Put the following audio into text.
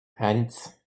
eins